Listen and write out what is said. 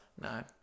No